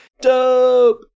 Dope